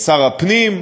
ושר הפנים,